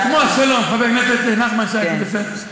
חבר הכנסת נחמן שי, זה כמו השלום.